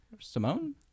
Simone